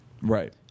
Right